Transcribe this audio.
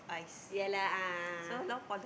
ya lah ah ah ah